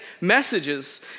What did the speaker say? messages